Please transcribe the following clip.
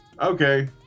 okay